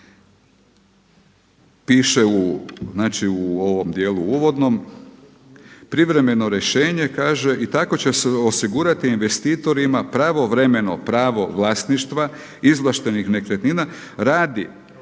znači u ovom dijelu uvodnom, privremeno rješenje, kaže i tako će se osigurati investitorima pravovremeno pravo vlasništva, izvlaštenih nekretnina radi,